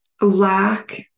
lack